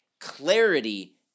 Clarity